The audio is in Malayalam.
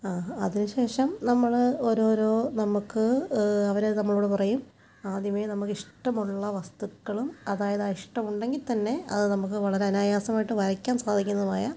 ആ അതിനുശേഷം നമ്മൾ ഒരോരോ നമുക്ക് അവർ നമ്മളോട് പറയും ആദ്യമേ നമുക്ക് ഇഷ്ട്ടമുള്ള വസ്തുക്കളും അതായത് ആ ഇഷ്ട്ടമുണ്ടെങ്കിൽ തന്നെ അത് നമുക്ക് വളരെ അനായാസമായിട്ട് വരയ്ക്കാൻ സാധിക്കുന്നതുമായ